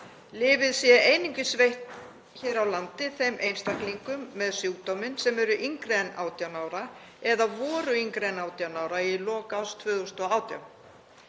Lyfið sé einungis veitt hér á landi þeim einstaklingum með sjúkdóminn sem eru yngri en 18 ára eða voru yngri en 18 ára í lok árs 2018.